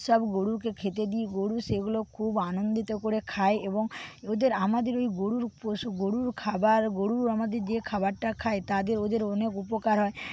সব গরুকে খেতে দিই গরু সেগুলো খুব আনন্দ করে খায় এবং ওদের আমাদের ওই গরুর পশু গরুর খাবার গরুর আমাদের যে খাবারটা খায় তাতে ওদের অনেক উপকার হয়